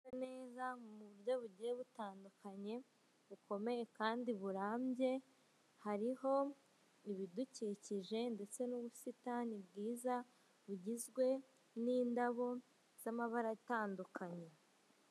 Hasa neza mu buryo bugiye butandukanye bukomeye kandi burambye hariho ibidukikije ndetse n'ubusitani bwiza bugizwe n'indabo z'amabara atandukanye.